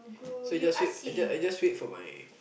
so you just wait I just I just wait for my